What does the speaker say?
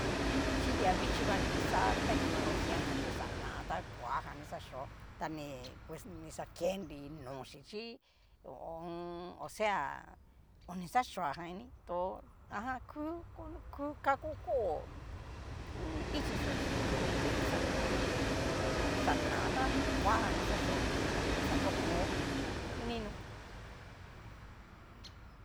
chi lia vixhi va ni kixa tecnología jan chí xana ta koa jan ni xa xhó, ta ni pues ni xa kenri nochí ho o on. osea o ni xa xhoajan ini tó aku ku kako kó ichixó chí dikan oxa tecnología jan ta ku chí xana ta koa jan ni xa xhó y ni xa nroko nino.